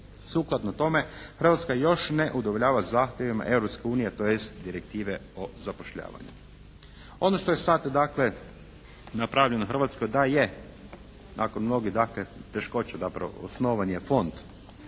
Sukladno tome, Hrvatska još ne udovoljava zahtjevima Europske unije tj. direktive o zapošljavanju. Ono što je sad dakle napravljeno u Hrvatskoj, da je nakon mnogih teškoća, zapravo osnovan je Fond za